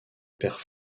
père